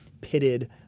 pitted